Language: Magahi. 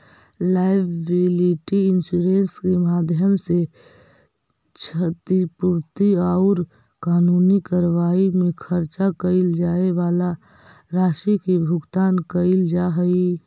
लायबिलिटी इंश्योरेंस के माध्यम से क्षतिपूर्ति औउर कानूनी कार्रवाई में खर्च कैइल जाए वाला राशि के भुगतान कैइल जा हई